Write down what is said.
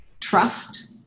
trust